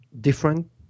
different